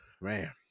man